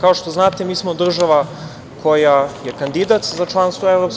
Kao što znate mi smo država koja je kandidat za članstvo u EU,